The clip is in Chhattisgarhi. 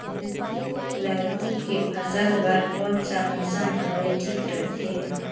लौकी के फसल बार कोन सा मौसम हवे ठीक रथे?